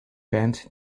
band